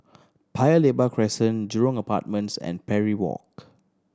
Paya Lebar Crescent Jurong Apartments and Parry Walk